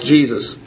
Jesus